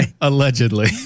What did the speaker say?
Allegedly